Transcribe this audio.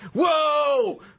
Whoa